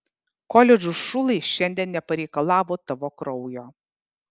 koledžo šulai šiandien nepareikalavo tavo kraujo